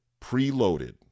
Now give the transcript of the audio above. preloaded